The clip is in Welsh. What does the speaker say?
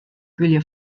gwylio